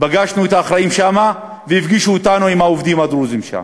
פגשנו את האחראים שמה והפגישו אותנו עם העובדים הדרוזים שם.